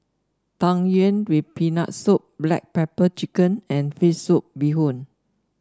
Tang Yuen with Peanut Soup Black Pepper Chicken and fish soup Bee Hoon